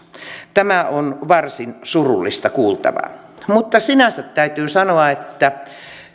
tämä on varsin surullista kuultavaa mutta sinänsä täytyy sanoa että